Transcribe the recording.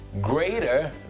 greater